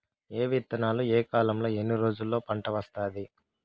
ఏ విత్తనాలు ఏ కాలంలో ఎన్ని రోజుల్లో పంట వస్తాది?